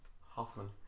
Hoffman